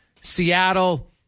Seattle